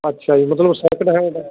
ਅੱਛਾ ਜੀ ਮਤਲਬ ਸੈਕਿੰਡ ਹੈਂਡ